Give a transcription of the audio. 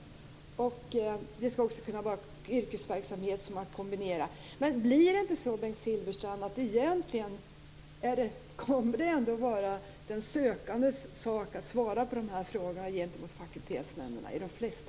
Man skall också kunna kombinera med yrkesverksamhet. Blir det inte så, Bengt Silfverstrand, att det ändå i de flesta fall kommer att vara den sökandes sak att svara på dessa frågor gentemot fakultetsnämnderna?